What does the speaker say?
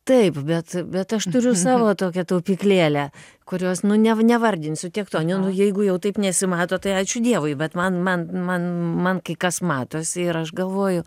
taip bet bet aš turiu savo tokią taupyklėlę kurios nu nev nevardinsiu tiek to ne nu jeigu jau taip nesimato tai ačiū dievui bet man man man man kai kas matosi ir aš galvoju